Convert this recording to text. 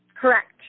Correct